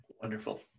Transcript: Wonderful